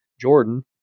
Jordan